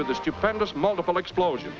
to the stupendous multiple explosion